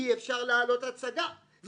אי-אפשר להעלות הצגה,